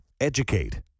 Educate